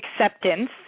acceptance